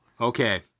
okay